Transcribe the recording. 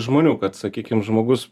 žmonių kad sakykim žmogus